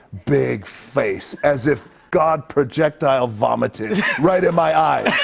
big face. as if god projectile-vomited right in my eyes.